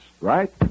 right